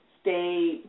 stay